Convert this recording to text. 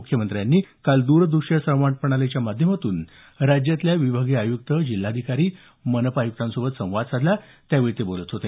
मुख्यमंत्र्यानी काल दूरदृश्य संवाद प्रणालीच्या माध्यमातून राज्यातल्या विभागीय आयुक्त जिल्हाधिकारी महानगरपालिका आयुक्तांसोबत संवाद साधला त्यावेळी ते बोलत होते